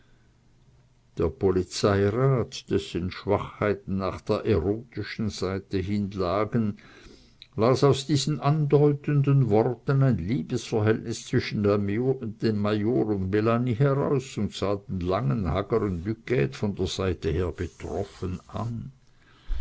der polizeirat dessen schwachheiten nach der erotischen seite hin lagen las aus diesen andeutenden worten ein liebesverhältnis zwischen dem major und melanie heraus und sah den langen hageren duquede von der seite her betroffen an